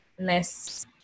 less